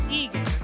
eager